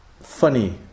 funny